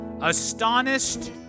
Astonished